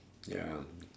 ya